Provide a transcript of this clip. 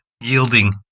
yielding